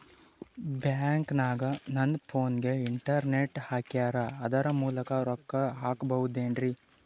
ಬ್ಯಾಂಕನಗ ನನ್ನ ಫೋನಗೆ ಇಂಟರ್ನೆಟ್ ಹಾಕ್ಯಾರ ಅದರ ಮೂಲಕ ರೊಕ್ಕ ಹಾಕಬಹುದೇನ್ರಿ?